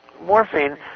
morphine